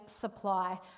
supply